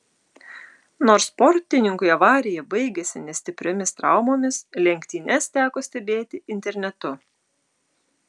nors sportininkui avarija baigėsi ne stipriomis traumomis lenktynes teko stebėti internetu